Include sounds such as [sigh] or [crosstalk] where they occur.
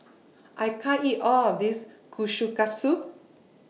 [noise] I can't eat All of This Kushikatsu